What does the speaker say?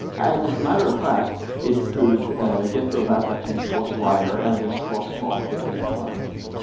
as a matter of fact, it could get so bad that you crosswire and there's crosstalk between environments.